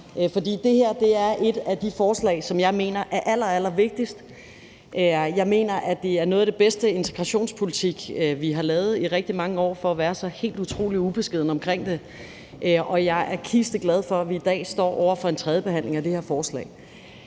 for det her er et af de forslag, som jeg mener er allerallervigtigst. Jeg mener, at det er noget af den bedste integrationspolitik, vi har lavet i rigtig mange år, for at være så helt utrolig ubeskeden omkring det, og jeg er kisteglad for, at vi i dag står over for en tredjebehandling af det her forslag.